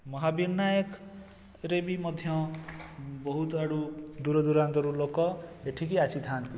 ମହାବିନାୟକରେ ବି ମଧ୍ୟ ବହୁତ ଆଡ଼ୁ ଦୂରଦୂରାନ୍ତରୁ ଲୋକ ଏଠିକି ଆସିଥାନ୍ତି